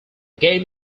game